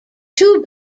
two